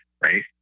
right